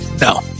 No